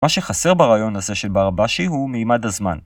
מה שחסר ברעיון הזה של ברבאשי הוא מימד הזמן.